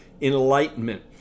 enlightenment